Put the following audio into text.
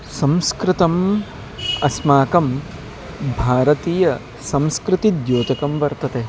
संस्कृतम् अस्माकं भारतीयसंस्कृतेः द्योतकं वर्तते